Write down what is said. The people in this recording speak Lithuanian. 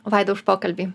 vaida už pokalbį